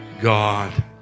God